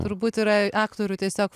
turbūt yra aktorių tiesiog